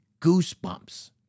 goosebumps